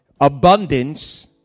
abundance